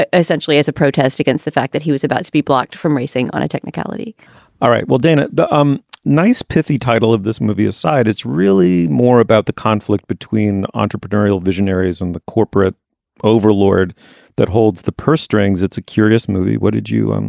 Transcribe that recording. ah essentially as a protest against the fact that he was about to be blocked from racing on a technicality all right. well, dana, the um nice, pithy title of this movie aside, it's really more about the conflict between entrepreneurial visionaries and the corporate overlord that holds the purse strings. it's a curious movie. what did you. and